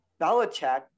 Belichick